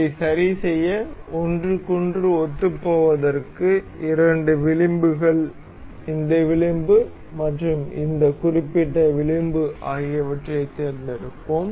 இதை சரிசெய்ய ஒன்றுக்கொன்று ஒத்துப்போவதற்கு இரண்டு விளிம்புகள் இந்த விளிம்பு மற்றும் இந்த குறிப்பிட்ட விளிம்பு ஆகியவற்றைத் தேர்ந்தெடுப்போம்